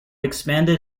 expanded